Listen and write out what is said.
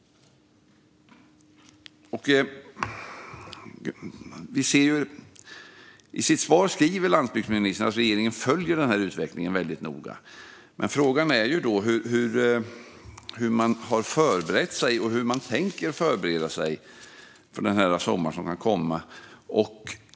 I sitt svar säger landsbygdsministern att regeringen följer utvecklingen väldigt noga, men frågan är hur man har förberett sig och hur man tänker förbereda sig för den värme som kan komma i sommar.